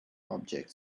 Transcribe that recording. object